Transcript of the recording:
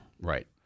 Right